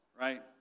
right